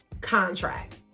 contract